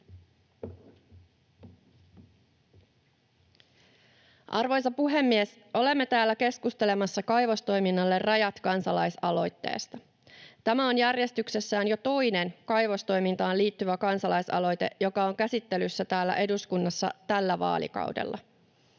Arvoisa puhemies! Olemme täällä keskustelemassa Kaivostoiminnalle rajat -kansalaisaloitteesta. Tämä on järjestyksessä jo toinen kaivostoimintaan liittyvä kansalaisaloite, joka on käsittelyssä täällä eduskunnassa tällä vaalikaudella.